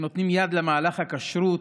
שנותנים יד למהלך הכשרות